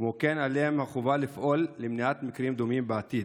כמו כן עלינו החובה לפעול למניעת מקרים דומים בעתיד.